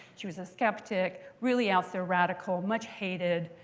she was a skeptic, really out there, radical, much hated.